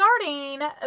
starting